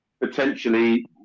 potentially